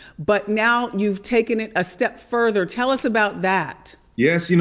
but now you've taken it a step further. tell us about that. yes, you know,